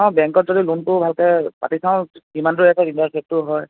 অঁ বেংকত যদি লোনটো ভালকৈ পাতি চাওঁ কিমানটো ৰেট হয় ইণ্টাৰেষ্ট ৰেটটো হয়